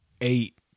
eight